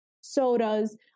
sodas